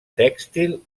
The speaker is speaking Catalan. tèxtil